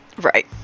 Right